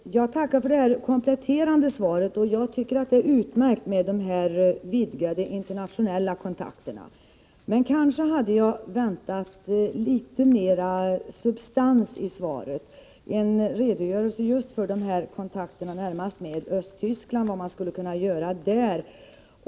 Herr talman! Jag tackar för det kompletterande svaret. Jag tycker att det är utmärkt med dessa vidgade internationella kontakter. Kanske hade jag emellertid väntat litet mera substans i svaret, närmast i form av en redogörelse för kontakterna med Östtyskland och vad man skulle kunna göra där.